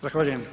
Zahvaljujem.